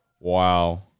wow